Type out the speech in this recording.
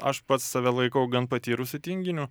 aš pats save laikau gan patyrusiu tinginiu